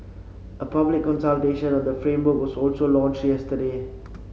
a public consultation on the framework was also launched yesterday